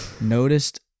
Noticed